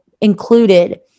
included